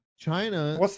China